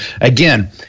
again